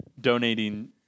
donating